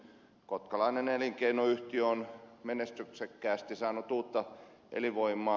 kotkalainen elinkeinoyhtiö on menestyksekkäästi saanut uutta elinvoimaa